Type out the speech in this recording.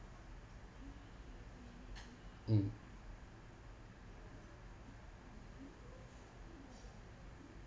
mm